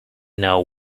know